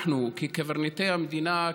אנחנו כקברניטי המדינה,